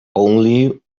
only